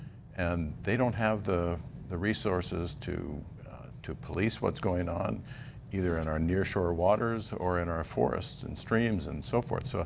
and they don't have the the resources to to police what's going on either in our near shore waters or in our forests. and streams and so forth. so